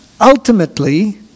Ultimately